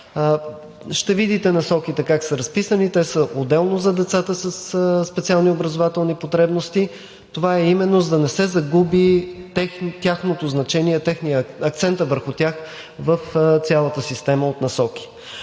Ще видите Насоките как са разписани. Те са отделно за децата със специални образователни потребности. Това е именно за да не се загуби тяхното значение, акцентът върху тях в цялата система от насоки.